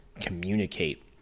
communicate